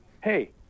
hey